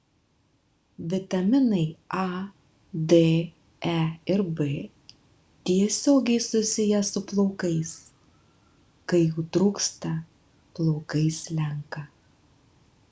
vitaminai a d e ir b tiesiogiai susiję su plaukais kai jų trūksta plaukai slenka